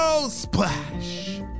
splash